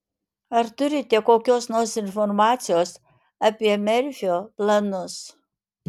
ar turite kokios nors informacijos apie merfio planus